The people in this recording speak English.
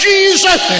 Jesus